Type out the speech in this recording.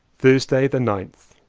thursday the ninth.